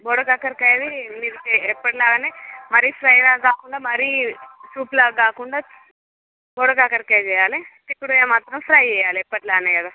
ఆ గోడకాకర కాయని ఎ ఎప్పట్లానే మరీ ఫ్రై లా కాకుండ మరీ సూప్ లా కాకుండ గోడకాకరకాయ చేయాలి చిక్కుడుకాయ మాత్రం ఫ్రై చేయాలి ఎప్పట్లానే కదా